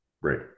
Right